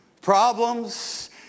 Problems